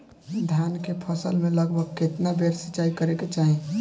धान के फसल मे लगभग केतना बेर सिचाई करे के चाही?